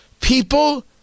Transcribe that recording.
People